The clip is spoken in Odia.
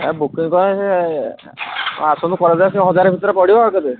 ବୁକିଂ କ'ଣ ସେ ଆସନ୍ତୁ କରାଇ ଦେବା ହଜାର ଭିତରେ ପଡ଼ିବ ଆଉ କେତେ